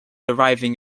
arriving